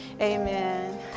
amen